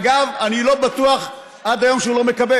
אגב, אני לא בטוח עד היום שהוא לא מקבל.